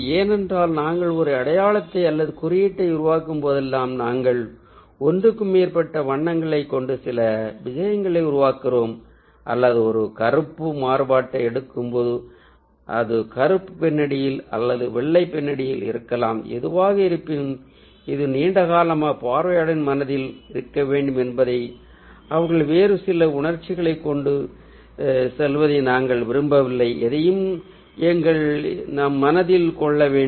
ஏனென்றால் நாங்கள் ஒரு அடையாளத்தை அல்லது குறியீட்டை உருவாக்கும் போதெல்லாம் நாங்கள் ஒன்றுக்கு மேற்பட்ட வண்ணங்களைக் கொண்டு சில விஷயங்களை உருவாக்குகிறோம் அல்லது ஒரு கருப்பு மாறுபாட்டை எடுக்கும்போது அது கருப்பு பின்னணியில் அல்லது வெள்ளை பின்னணியில் இருக்கலாம் எதுவாக இருப்பினும் இது நீண்ட காலமாக பார்வையாளரின் மனதில் இருக்க வேண்டும் என்பதையும் அவர்கள் வேறு சில உணர்ச்சிகளைக் கொண்டு செல்வதை நாங்கள் விரும்பவில்லை என்பதையும் எங்கள் நாம் மனதில் கொள்ளவேண்டும்